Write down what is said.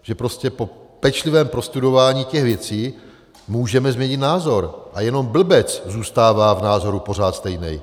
Že prostě po pečlivém prostudování těch věcí můžeme změnit názor a jenom blbec zůstává v názoru pořád stejný.